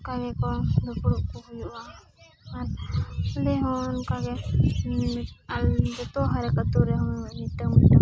ᱚᱱᱠᱟ ᱜᱮᱠᱚ ᱫᱩᱠᱲᱩᱵ ᱠᱚ ᱦᱩᱭᱩᱜᱼᱟ ᱟᱨ ᱟᱞᱮᱦᱚᱸ ᱚᱱᱠᱟᱜᱮ ᱡᱚᱛᱚ ᱦᱟᱨᱮᱠ ᱟᱹᱛᱩᱨᱮᱦᱚᱸ ᱢᱤᱫᱴᱟᱝ